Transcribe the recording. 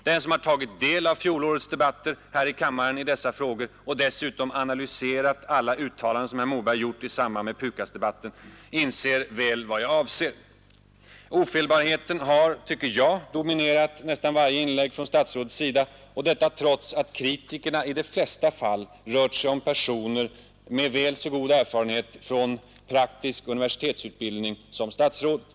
Den som har tagit del av fjolårets debatter här i kammaren i dessa frågor och dessutom analyserat alla uttalanden som herr Moberg gjort i samband med PUKAS-debatten inser väl vad jag avser. Ofelbarheten har dominerat nästan varje inlägg från statsrådets sida och detta trots att kritikerna i de flesta fall varit personer med väl så god erfarenhet från praktisk universitetsutbildning som vad statsrådet har.